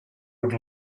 would